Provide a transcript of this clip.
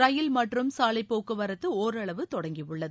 ரயில் மற்றும் சாவைப் போக்குவரத்து ஓரளவு தொடங்கியுள்ளது